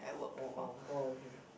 oh oh oh okay